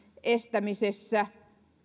estämisessä